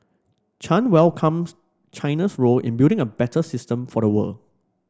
Chan welcomes China's role in building a better system for the world